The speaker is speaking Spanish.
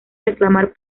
reclamar